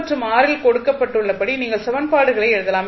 மற்றும் இல் கொடுக்கப்பட்டுள்ள படி நீங்கள் சமன்பாடுகளை எழுதலாம்